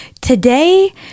today